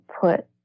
put